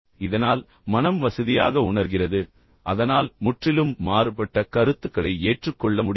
இதனால் மனம் வசதியாக உணர்கிறது அதனால் முற்றிலும் மாறுபட்ட கருத்துக்களை ஏற்றுக்கொள்ள முடியாது